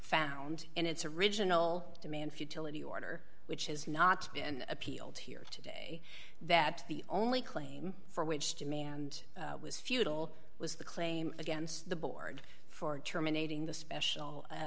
found in its original demand futility order which has not been appealed here today that the only claim for which demand was futile was the claim against the board for terminating the special